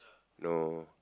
no